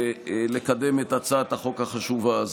ולקדם את הצעת החוק החשובה הזו.